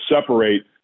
separate